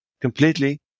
completely